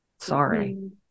Sorry